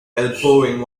elbowing